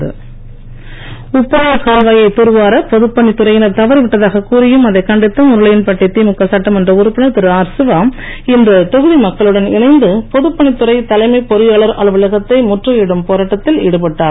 சிவா உப்பனார் கால்வாயை தூர்வார பொதுப் பணித்துறையினர் தவறிவிட்டதாக கூறியும் அதைக் கண்டித்தும் உருளையன்பேட் திமுக சட்டமன்ற உறுப்பினர் திரு ஆர் சிவா இன்று தொகுதி மக்களுடன் இணைந்து பொதுப் பணித்துறை தலைமை பொறியாளர் அலுவலகத்தை முற்றுகையிடும் போராட்டத்தில் ஈடுபட்டார்